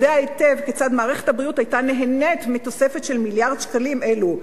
יודע היטב כיצד מערכת הבריאות היתה נהנית מתוספת של מיליארד שקלים אלו,